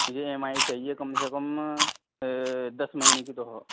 مجھے EMI چاہیے کم سے کم دس مہینے کی تو ہو